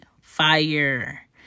fire